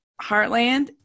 Heartland